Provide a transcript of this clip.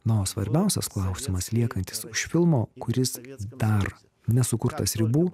na o svarbiausias klausimas liekantis už filmo kuris dar nesukurtas ribų